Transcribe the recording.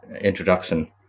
introduction